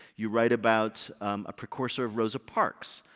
you write about a precursor of rosa parks,